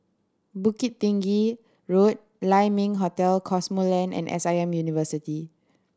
Bukit Tinggi Road Lai Ming Hotel Cosmoland and S I M University